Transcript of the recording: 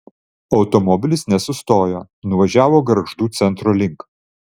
automobilis nesustojo nuvažiavo gargždų centro link